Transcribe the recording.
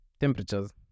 temperatures